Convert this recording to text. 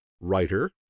writer